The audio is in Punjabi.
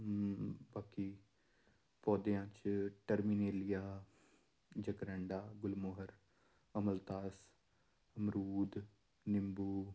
ਬਾਕੀ ਪੌਦਿਆਂ 'ਚ ਟਰਮੀਨੇਲੀਆ ਜਕਰੈਂਡਾ ਗੁਲਮੋਹਰ ਅਮਲਤਾਸ ਅਮਰੂਦ ਨਿੰਬੂ